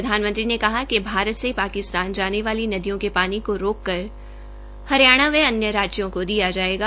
प्रधानमंत्री ने कहा कि भारत से पाकिस्तान जाने वाले नदियों के पानी को रोक कर हरियाणा व अन्य राज्यों को दिया जायेगा